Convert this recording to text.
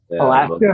Alaska